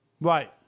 Right